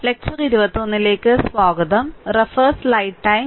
തിരികെ വരാം